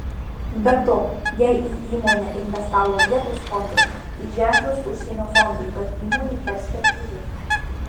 be to jei į įmonę investavo vietos fondas tai ženklas užsienio fondui kad įmonė perspektyvi